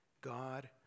God